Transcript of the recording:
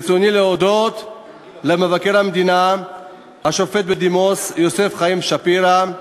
ברצוני להודות למבקר המדינה השופט בדימוס יוסף חיים שפירא,